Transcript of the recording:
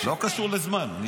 לא קשור לזמן.